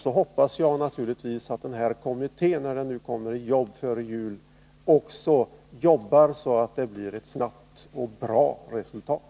Jag hoppas naturligtvis att denna kommitté, när den nu påbörjar sitt arbete före jul, också jobbar så, att det blir ett snabbt och bra resultat.